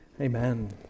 amen